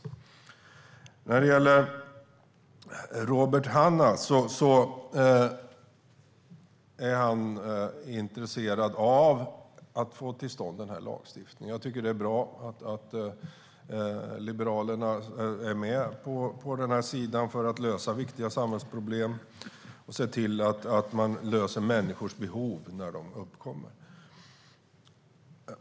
Robert Hannah är intresserad av att få till stånd den här lagstiftningen. Jag tycker att det är bra att Liberalerna är med på att lösa viktiga samhällsproblem och lösa människors behov när de uppkommer.